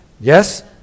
Yes